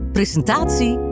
Presentatie